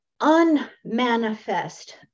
unmanifest